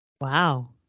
Wow